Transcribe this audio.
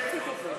יציג לנו?